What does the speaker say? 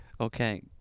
Okay